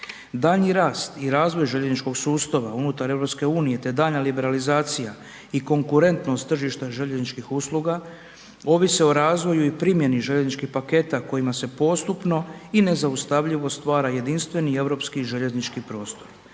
Daljnji rast i razvoj željezničkog sustava unutar EU te daljnja liberalizacija i konkurentnost tržišta željezničkih usluga ovise o razvoju i primjeni željezničkih paketa kojima se postupno i nezaustavljivo stvara jedinstveni europski željeznički prostor.